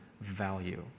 value